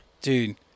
Dude